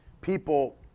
people